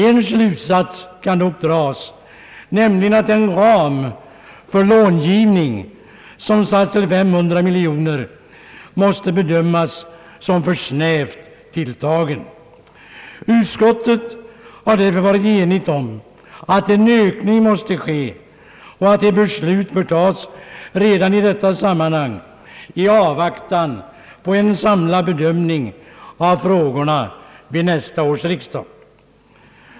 En slutsats kan dock dras, nämligen att den ram för långivning som har satts till 500 miljoner kronor måste bedömas vara för snävt tilltagen. Utskottet har därför varit enigt om att en ökning måste ske och att ett beslut bör fattas redan i detta sammanhang i avvaktan på en samlad bedömning av frågorna vid nästa års riksdag.